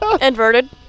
Inverted